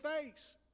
face